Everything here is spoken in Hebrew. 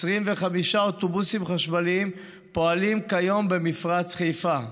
25 אוטובוסים חשמליים פועלים כיום במפרץ חיפה.